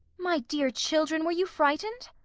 my dear children, were you frightened?